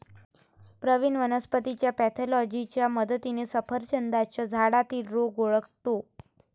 प्रवीण वनस्पतीच्या पॅथॉलॉजीच्या मदतीने सफरचंदाच्या झाडातील रोग ओळखतो